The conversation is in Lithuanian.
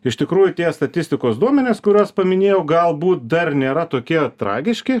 iš tikrųjų tie statistikos duomenys kuriuos paminėjau galbūt dar nėra tokie tragiški